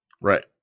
right